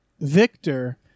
victor